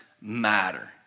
matter